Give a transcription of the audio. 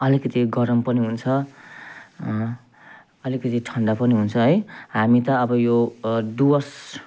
अलिकति गरम पनि हुन्छ अलिकति ठन्डा पनि हुन्छ है हामी त अब यो डुवर्स